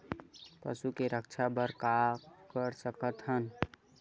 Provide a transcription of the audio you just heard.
पशु के रक्षा बर का कर सकत हन?